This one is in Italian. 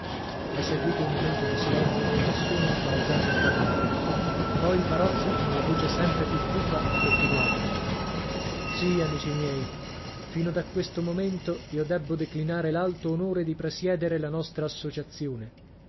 è seguìto un momento di silenzio che nessuno ha osato interrompere poi il barozzo con la voce sempre più cupa ha continuato sì amici miei fino da questo momento io debbo declinare l'alto onore di presiedere la nostra associazione